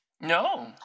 No